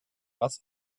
was